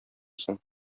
соң